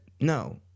no